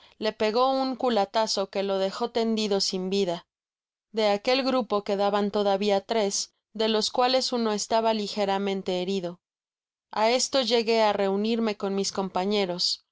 le pegó un culatazo que lo dejó tendido sin vida de aquel grupo quedaban todavia tres de ios cuales uno estaba ligeramente herido a esto llegue áreunirme con mis compañeros